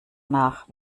nach